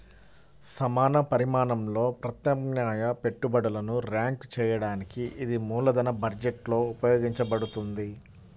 సమాన పరిమాణంలో ప్రత్యామ్నాయ పెట్టుబడులను ర్యాంక్ చేయడానికి ఇది మూలధన బడ్జెట్లో ఉపయోగించబడుతుంది